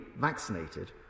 vaccinated